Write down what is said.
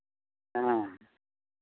ᱦᱮᱸ